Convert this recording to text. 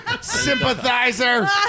Sympathizer